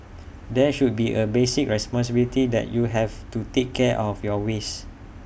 there should be A basic responsibility that you have to take care of your waste